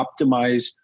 optimize